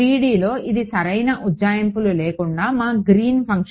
3Dలో ఇది సరైన ఉజ్జాయింపులు లేకుండా మా గ్రీన్ ఫంక్షన్